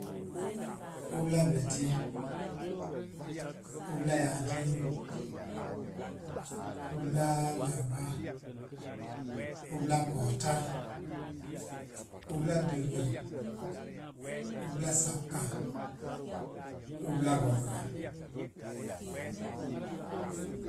Ubla beti, ubla yadim, ublaa larba, ubla ko̱o̱ta, ubla dəgəar, ubla sakka, ubla gogra.